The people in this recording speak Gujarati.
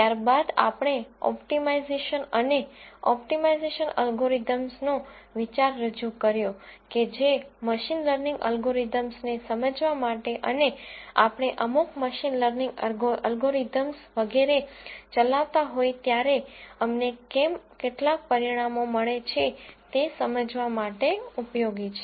ત્યારબાદ આપણે ઓપ્ટિમાઇઝેશન અને ઓપ્ટિમાઇઝેશન અલ્ગોરિધમ્સનો વિચાર રજૂ કર્યો કે જે મશીન લર્નિંગ અલ્ગોરિધમને સમજવા માટે અને આપણે અમુક મશીન લર્નિંગ અલ્ગોરિધમ વગેરે ચલાવતા હોઈએ ત્યારે આપણને કેમ અમુક પરિણામો મળે છે તે સમજવા માટે ઉપયોગી છે